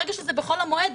ברגע שזה בחול המועד,